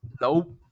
Nope